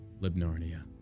Libnarnia